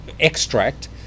extract